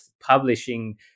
publishing